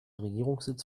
regierungssitz